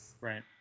Right